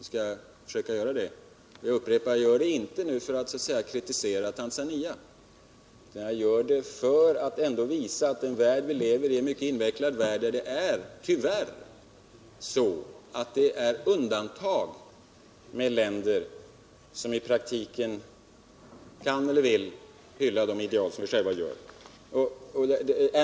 Jag upprepar att jag inte gör det för att kritisera Tanzania utan för att visa att den värld som vi lever i är mycket invecklad och att de länder som i praktiken kan eller vill hylla de ideal som vi själva har tillhör undantagen.